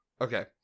Okay